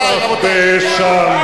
זה ססמאות, מי הראשון שפתח באש שם?